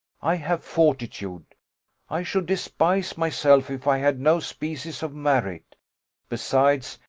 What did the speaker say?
i have fortitude i should despise myself if i had no species of merit besides,